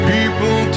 People